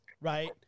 right